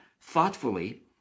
thoughtfully